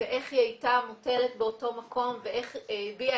איך היא הייתה מוטלת באותו מקום ואיך היא הביעה